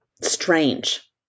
strange